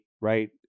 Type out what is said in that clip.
right